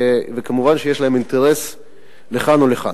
וכמובן יש להם אינטרס לכאן או לכאן.